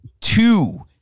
two